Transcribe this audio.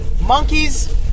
monkeys